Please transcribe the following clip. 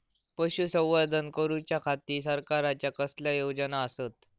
पशुसंवर्धन करूच्या खाती सरकारच्या कसल्या योजना आसत?